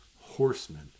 horsemen